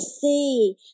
see